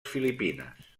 filipines